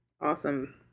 awesome